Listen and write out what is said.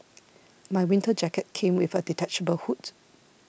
my winter jacket came with a detachable hood